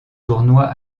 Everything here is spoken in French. tournoi